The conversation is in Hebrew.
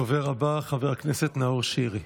הדובר הבא, חבר הכנסת נאור שירי.